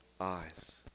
eyes